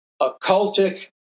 occultic